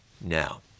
Now